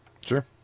Sure